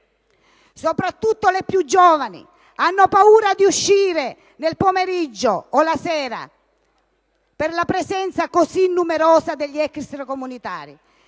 Soprattutto le più giovani hanno paura di uscire, nel pomeriggio o la sera, per la presenza così numerosa degli extracomunitari.